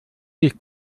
sich